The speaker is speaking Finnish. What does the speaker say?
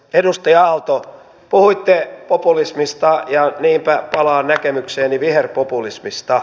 edustaja aalto puhuitte populismista ja niinpä palaan näkemykseeni viherpopulismista